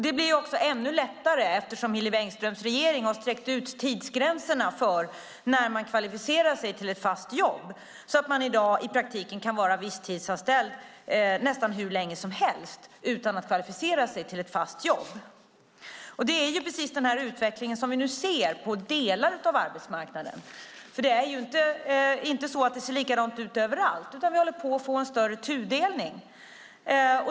Det blir också ännu lättare eftersom Hillevi Engströms regering har sträckt ut tidsgränserna för när man kvalificerar sig till ett fast jobb så att man i dag i praktiken kan vara visstidsanställd nästan hur länge som helst utan att kvalificera sig till ett fast jobb. Det är precis denna utveckling vi nu ser - på delar av arbetsmarknaden. Det ser nämligen inte likadant ut överallt, utan vi håller på att få en större tudelning.